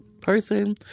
person